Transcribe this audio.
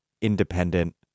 independent